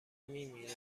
میمیرم